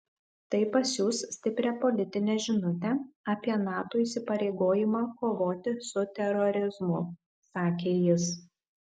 tai pasiųs stiprią politinę žinutę apie nato įsipareigojimą kovoti su terorizmu sakė jis